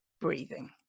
breathing